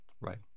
Right